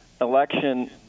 election